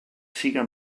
siga